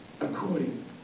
according